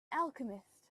alchemist